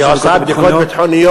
היא עושה את הבדיקות הביטחוניות.